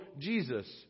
Jesus